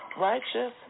Righteous